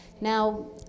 Now